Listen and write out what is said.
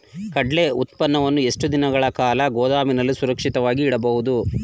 ಕಡ್ಲೆ ಉತ್ಪನ್ನವನ್ನು ಎಷ್ಟು ದಿನಗಳ ಕಾಲ ಗೋದಾಮಿನಲ್ಲಿ ಸುರಕ್ಷಿತವಾಗಿ ಇಡಬಹುದು?